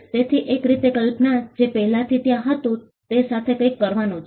તેથી એક રીતે કલ્પનામાં જે પહેલાથી ત્યાં હતું તે સાથે કંઇક કરવાનું છે